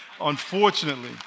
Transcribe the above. Unfortunately